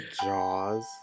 Jaws